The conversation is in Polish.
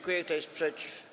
Kto jest przeciw?